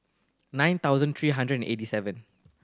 nine thousand three hundred eighty seven